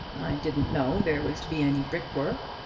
i didn't know there was to be any brickwork.